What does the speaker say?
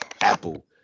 Apple